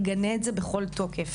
נגנה את זה בכל תוקף